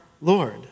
Lord